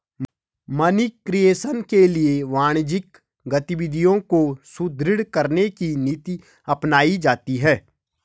money creation के लिए वाणिज्यिक गतिविधियों को सुदृढ़ करने की नीति अपनाई जाती है